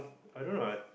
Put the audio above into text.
I don't know ah